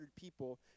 people